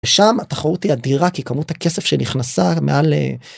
שם התחרות היא אדירה כי כמות הכסף שנכנסה מעלה.